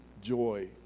joy